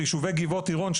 יישובי גבעות עירון,